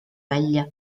välja